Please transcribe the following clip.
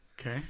Okay